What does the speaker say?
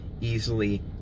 easily